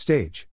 Stage